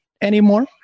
anymore